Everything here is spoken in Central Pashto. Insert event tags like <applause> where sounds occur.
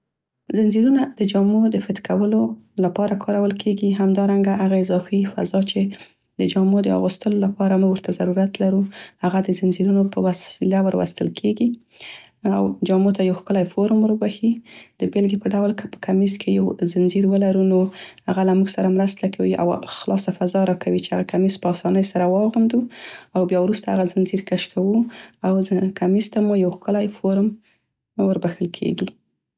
زنځیرونه د جامو د فت کولو لپاره کارول کیګي، همدارنګه هغه اضافي فضا چې د جامو د اغوستلو لپاره موږ ورته ضرورت لرو، هغه د زنځيرونو په وسیله وروستل کیګي او جامو ته یو ښکلی فورم وربښي. <unintelligible> د بیلګې په ډول که په کمیس کې یو زنځير ولرو، نو هغه له موږ سره مرسته کوي او خلاص فضا راکوي چې هغه کمیس په اسانۍ سره واغوندو او بیا وروسته هغه زنځير کش کوو او <unintelligible> کمیس ته مو یو ښکلی فورم وربښل کیګي.